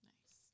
Nice